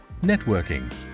networking